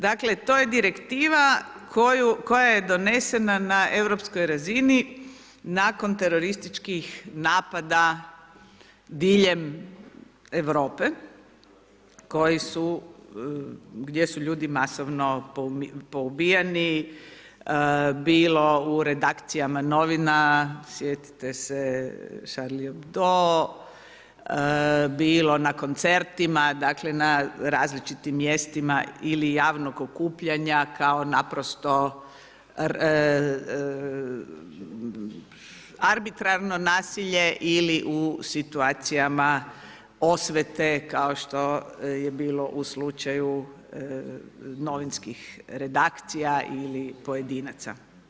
Dakle, to je direktiva koja je donesena na europskoj razini nakon terorističkih napada diljem Europe koji su gdje su ljudi masovno poubijani bilo u redakcijama novina sjetite se … bilo na koncertima dakle, na različitim mjestima ili javnog okupljanja kao naprosto arbitrarno nasilje ili u situacijama osvete kao što je bilo u slučaju novinskih redakcija ili pojedinaca.